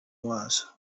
was